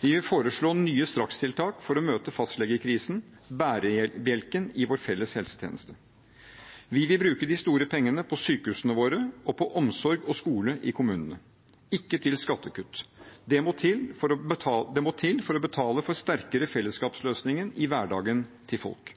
Vi vil foreslå nye strakstiltak for å møte fastlegekrisen, bærebjelken i vår felles helsetjeneste. Vi vil bruke de store pengene på sykehusene våre og på omsorg og skole i kommunene, ikke på skattekutt. Dette må til for å betale for sterkere fellesskapsløsninger i hverdagen til folk.